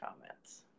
comments